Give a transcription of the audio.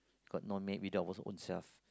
got no maid we do our our own self